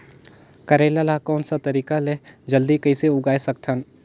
करेला ला कोन सा तरीका ले जल्दी कइसे उगाय सकथन?